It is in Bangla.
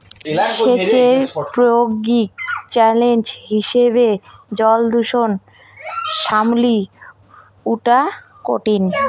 সেচের প্রায়োগিক চ্যালেঞ্জ হিসেবে জলদূষণ সামলি উঠা কঠিন